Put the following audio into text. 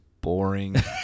Boring